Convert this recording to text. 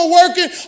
working